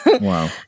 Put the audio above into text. wow